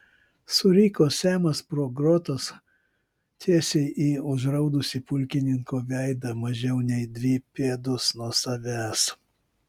suriko semas pro grotas tiesiai į užraudusį pulkininko veidą mažiau nei dvi pėdos nuo savęs